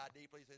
deeply